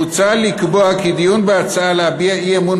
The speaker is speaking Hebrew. מוצע לקבוע כי דיון בהצעה להביע אי-אמון